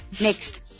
Next